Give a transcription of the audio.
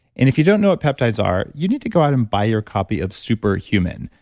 and if you don't know what peptides are, you need to go out and buy your copy of super human.